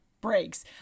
breaks